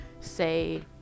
say